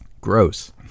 Gross